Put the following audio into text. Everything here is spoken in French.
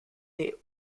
des